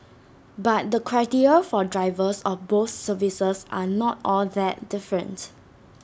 but the criteria for drivers of both services are not all that different